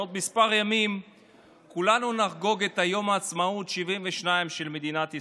בעוד כמה ימים כולנו נחגוג את יום העצמאות ה-72 של מדינת ישראל.